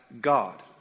God